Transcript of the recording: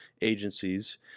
agencies